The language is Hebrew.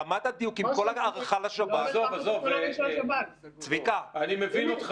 רמת הדיוק, עם כל ההערכה לשב"כ --- תן לי